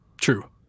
True